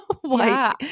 White